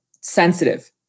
sensitive